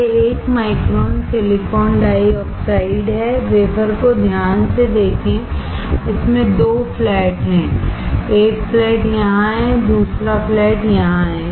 यह 1 micron silicon dioxide है wafer को ध्यान से देखें इसमें 2 फ्लैट हैं 1 फ्लैट यहां है दूसरा फ्लैट यहां है